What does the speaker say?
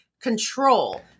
control